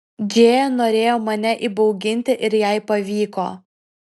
džėja norėjo mane įbauginti ir jai pavyko